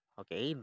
okay